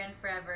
forever